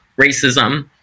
racism